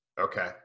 Okay